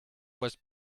was